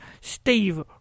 Steve